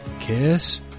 Kiss